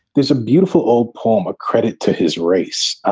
there's a beautiful old poem, a credit to his race. ah